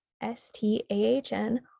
S-T-A-H-N